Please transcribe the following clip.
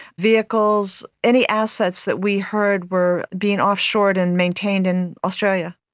vehicles, any assets that we heard were being offshored and maintained in australia.